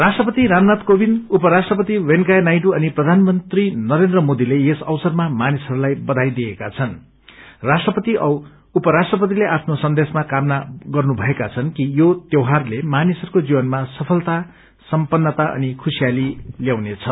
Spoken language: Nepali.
राष्ट्रपति रामनागि कोविन्द उपराष्ट्रपति वेंकैया नायडू अनि प्रधानमंत्री नरेन्द्र मोदीले यस अवसरमा मानिसहरूलाई बधाई दिएका छन् राष्ट्रपति औ उपराष्ट्रपतिले आफ्नो सन्देशमा कामना गर्नुभएको छनृ कि यो त्यौहारले मानिसहरूको जीवनमा सफलता सम्पन्नता अनि खुशियाली ल्याउनेछ